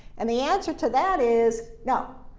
and the answer to that is no.